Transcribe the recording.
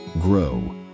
grow